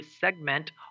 segment